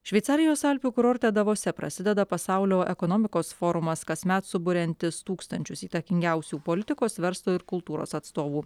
šveicarijos alpių kurorte davose prasideda pasaulio ekonomikos forumas kasmet suburiantis tūkstančius įtakingiausių politikos verslo ir kultūros atstovų